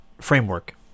framework